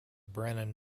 brennan